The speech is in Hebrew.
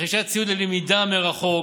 רכישת ציוד ללמידה מרחוק